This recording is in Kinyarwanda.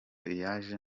yaje